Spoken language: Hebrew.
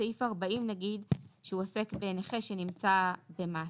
סעיף 40 נגיד שהוא עוסק בנכה שנמצא במאסר.